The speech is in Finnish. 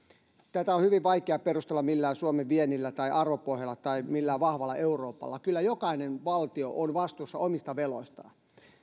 tätä on hyvin vaikea perustella millään suomen viennillä tai arvopohjalla tai millään vahvalla euroopalla kyllä jokainen valtio on vastuussa omista veloistaan